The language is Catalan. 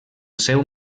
seu